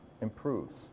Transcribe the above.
improves